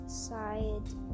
side